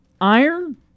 Iron